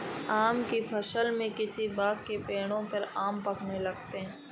आम की फ़सल में किसी बाग़ के पेड़ों पर आम पकने लगते हैं